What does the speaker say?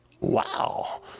Wow